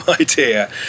idea